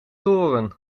toren